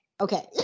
Okay